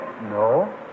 No